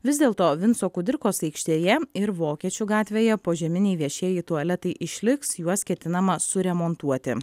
vis dėlto vinco kudirkos aikštėje ir vokiečių gatvėje požeminiai viešieji tualetai išliks juos ketinama suremontuoti